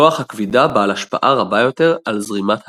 כוח הכבידה בעל השפעה רבה יותר על זרימת המים.